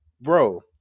bro